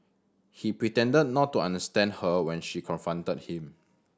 he pretended not to understand her when she confronted him